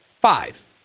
Five